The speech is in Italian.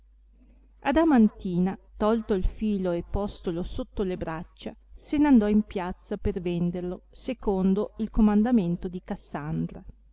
sostentare adamantina tolto il filo e postolo sotto le braccia se n andò in piazza per venderlo secondo il comandamento di cassandra